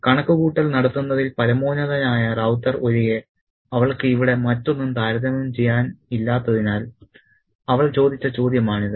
കണക്കുകൂട്ടൽ നടത്തുന്നതിൽ പരമോന്നതനായ റൌത്തർ ഒഴികെ അവൾക്ക് ഇവിടെ മറ്റൊന്നും താരതമ്യം ചെയ്യാനില്ലാത്തതിനാൽ അവൾ ചോദിച്ച ചോദ്യമാണിത്